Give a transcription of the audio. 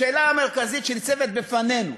השאלה המרכזית שניצבת בפנינו